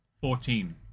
Fourteen